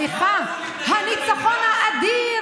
סליחה, הניצחון האדיר,